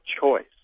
choice